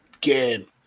game